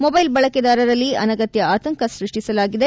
mobile ಬಳಕೆದಾರರಲ್ಲಿ ಅನಗತ್ಯ ಆತಂಕ ಸ್ಪಷ್ನಿಸಲಾಗಿದೆ